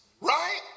right